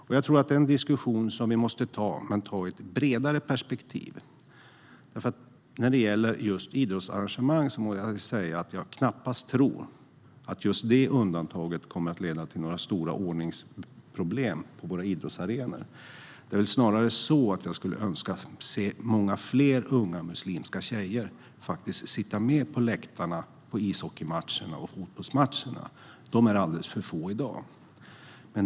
Det är en diskussion som jag tror att vi måste ta men i ett bredare perspektiv. När det gäller idrottsarrangemang må jag säga att jag knappast tror att just det undantaget kommer att leda till några stora ordningsproblem på våra idrottsarenor. Det är snarare så att jag skulle önska se många fler unga muslimska tjejer sitta på läktarna på ishockeymatcherna och fotbollsmatcherna. De är alldeles för få i dag.